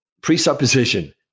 presupposition